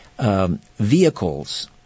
Vehicles